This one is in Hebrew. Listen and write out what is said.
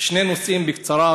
שני נושאים בקצרה.